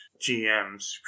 GMs